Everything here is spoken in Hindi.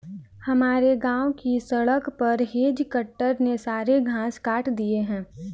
हमारे गांव की सड़क पर हेज कटर ने सारे घास काट दिए हैं